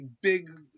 big